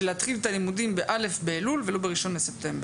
התחלת הלימודים ב-א' באלול ולא ב-1 לספטמבר?